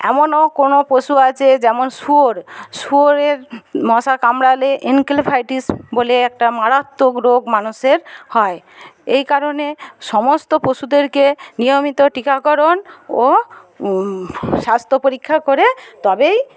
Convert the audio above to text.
এমনও কোনো পশু আছে যেমন শুয়োর শুয়োরের মশা কামড়ালে এনকেফেলাইটিস বলে একটা মারাত্মক রোগ মানুষের হয় এই কারণে সমস্ত পশুদেরকে নিয়মিত টিকাকরণ ও স্বাস্থ্য পরীক্ষা করে তবেই